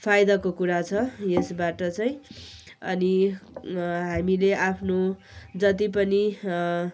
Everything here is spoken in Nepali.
फाइदाको कुरा छ यसबाट चाहिँ अनि हामीले आफ्नो जति पनि